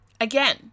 again